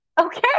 okay